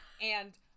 And-